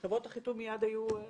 חברות החיתום היו מיד